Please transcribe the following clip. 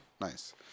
Nice